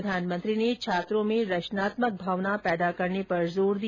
प्रधानमंत्री ने छात्रों में रचनात्मक भावना पैदा करने पर जोर दिया